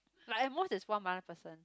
like at most is one other person